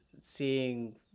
seeing